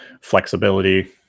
flexibility